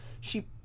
She-